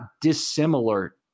dissimilar